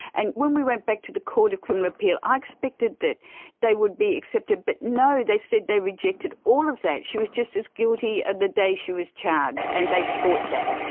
and when we went back to the court of criminal appeal i expected that they would be accepted, but no, they said they rejected all of that, she was just as guilty as the day she was charged and they fought that.